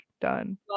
done